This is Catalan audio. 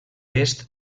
est